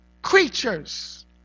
Creatures